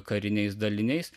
kariniais daliniais